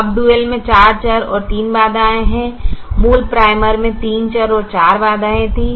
अब डुअल में 4 चर और 3 बाधाएं हैं मूल प्राइमल में 3 चर और 4 बाधाएं थीं